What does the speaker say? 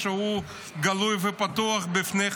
שהוא גלוי ופתוח בפני חמאס.